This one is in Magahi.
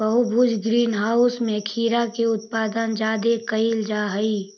बहुभुज ग्रीन हाउस में खीरा के उत्पादन जादे कयल जा हई